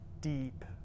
deep